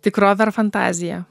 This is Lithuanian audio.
tikrovė ar fantazija